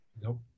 Nope